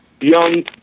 Young